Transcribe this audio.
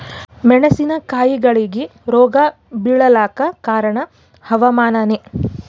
ಮೆಣಸಿನ ಕಾಯಿಗಳಿಗಿ ರೋಗ ಬಿಳಲಾಕ ಕಾರಣ ಹವಾಮಾನನೇ?